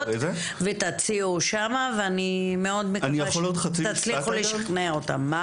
ותציעו שם ואני מאוד מקווה שתצליחו לשכנע אותם.